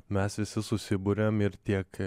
mes visi susiburiam ir tiek